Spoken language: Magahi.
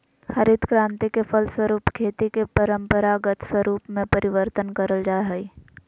हरित क्रान्ति के फलस्वरूप खेती के परम्परागत स्वरूप में परिवर्तन करल जा हइ